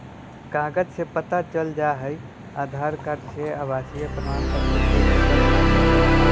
कागज से पता चल जाहई, आधार कार्ड से, आवासीय प्रमाण पत्र से, वोटर कार्ड से?